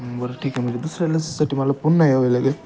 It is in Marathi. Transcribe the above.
बरं ठीक आहे म्हणजे दुसऱ्या लसीसाठी मला पुन्हा यावे लागेल